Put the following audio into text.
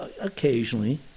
Occasionally